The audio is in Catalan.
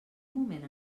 moment